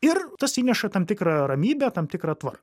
ir tas įneša tam tikrą ramybę tam tikrą tvarką